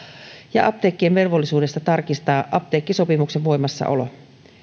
ja apteekkien velvollisuudesta tarkistaa apteekkisopimuksen voimassaolo